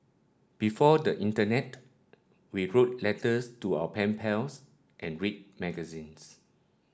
before the internet we wrote letters to our pen pals and read magazines